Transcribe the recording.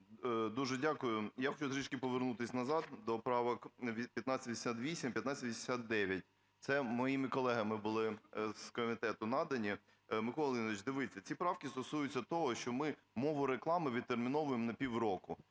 Дуже дякую. Я хочу трішки повернутися назад до правок 1588, 1589, це моїми колегами були з комітету надані. Миколо Леонідовичу, дивіться, ці правки стосуються того, що ми мову рекламивідтерміновуємо на півроку,